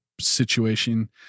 situation